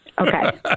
okay